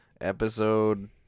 Episode